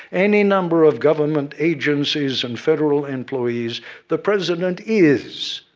any number of government agencies and federal employees the president is,